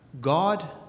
God